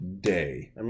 day